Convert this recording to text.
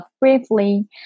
briefly